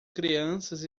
crianças